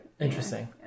Interesting